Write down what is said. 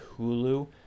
Hulu